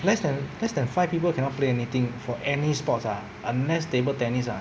less than less than five people cannot play anything for any sports ah unless table tennis ah